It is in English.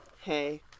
Hey